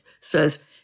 says